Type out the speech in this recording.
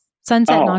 Sunset